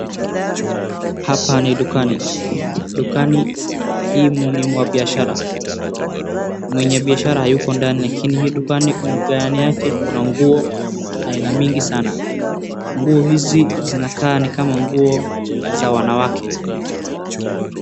Hapa ni dukani. Dukani huu ni mwa biashara. Mwenye biashara hayuko ndani lakini hii dukani ndani yake kuna nguo aina mingi sana. Nguo hizi zinakaa ni kama nguo za wanawake.